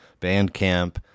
Bandcamp